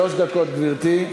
שלוש דקות, גברתי.